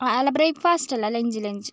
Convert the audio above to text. അല്ല ബ്രേക്ക്ഫാസ്റ്റ് അല്ല lunch lunch